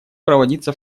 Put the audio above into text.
проводиться